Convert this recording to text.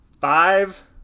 Five